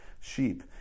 sheep